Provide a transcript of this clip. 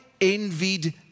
envied